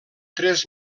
tres